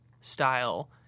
style